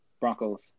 Broncos